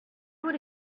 would